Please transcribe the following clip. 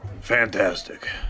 Fantastic